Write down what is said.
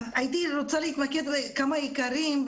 הייתי רוצה להתמקד בכמה עיקרים.